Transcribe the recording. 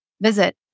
visit